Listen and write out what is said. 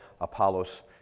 Apollos